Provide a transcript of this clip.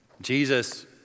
Jesus